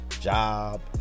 job